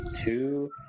two